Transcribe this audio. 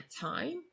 time